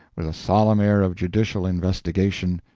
with a solemn air of judicial investigation,